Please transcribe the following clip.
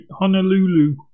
Honolulu